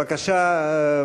בבקשה,